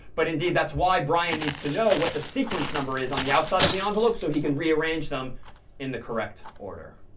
but indeed, that's why brian needs to know what the sequence number is on the outside of the envelope so he can rearrange them in the correct order.